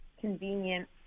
convenient